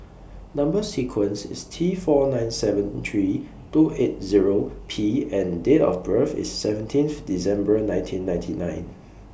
Number sequence IS T four nine seven three two eight Zero P and Date of birth IS seventeenth December nineteen ninety nine